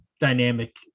dynamic